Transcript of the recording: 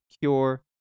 cure